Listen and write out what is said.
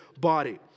body